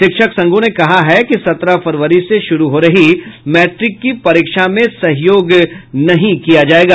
शिक्षक संघों ने कहा है कि सत्रह फरवरी से शुरू हो रही मैट्रिक की परीक्षा में सहयोग नहीं किया जायेगा